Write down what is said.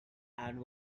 and